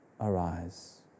arise